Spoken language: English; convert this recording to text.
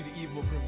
evil